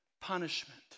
punishment